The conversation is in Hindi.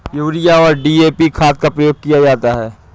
यूरिया और डी.ए.पी खाद का प्रयोग किया जाता है